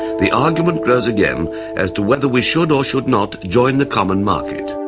the argument grows again as to whether we should or should not join the common market.